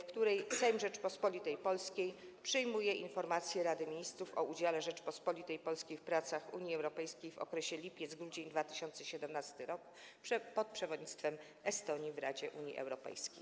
w której Sejm Rzeczypospolitej Polskiej przyjmuje informację Rady Ministrów o udziale Rzeczypospolitej Polskiej w pracach Unii Europejskiej w okresie lipiec-grudzień 2017 r. pod przewodnictwem Estonii w Radzie Unii Europejskiej.